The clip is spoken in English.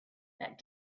that